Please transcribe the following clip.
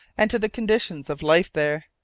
and to the conditions of life there.